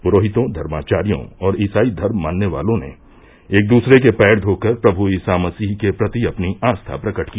पुरोहितों धर्माचार्यों और इसाई धर्म मानने वालों ने एक दूसरे के पैर धो कर प्रभु ईसा मसीह के प्रति अपनी आस्था प्रकट की